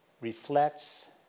reflects